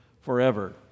forever